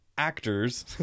Actors